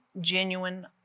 Genuine